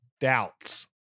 doubts